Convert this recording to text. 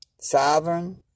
sovereign